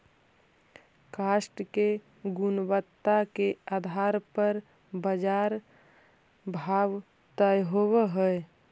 काष्ठ के गुणवत्ता के आधार पर बाजार भाव तय होवऽ हई